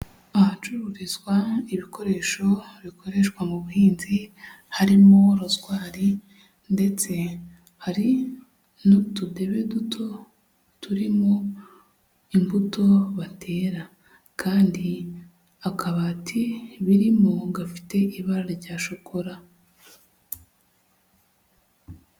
Ahacururizwa ibikoresho bikoreshwa mu buhinzi, harimo rozwari, ndetse hari n'utudebe duto turimo imbuto batera. Kandi akabati birimo gafite ibara rya shokora.